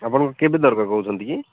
ଆପଣଙ୍କର କେବେ ଦରକାର କହୁଛନ୍ତି କି